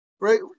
right